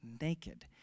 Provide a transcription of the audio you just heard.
naked